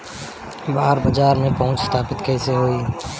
बाहर बाजार में पहुंच स्थापित कैसे होई?